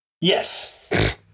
yes